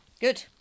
good